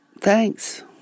Thanks